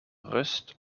rust